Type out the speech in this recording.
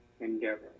endeavor